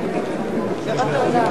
11), התשע"א 2011,